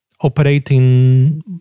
operating